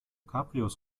cabrios